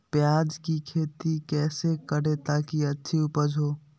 प्याज की खेती कैसे करें ताकि अच्छी उपज हो?